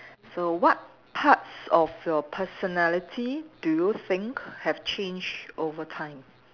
so what parts of your personality do you think have changed over time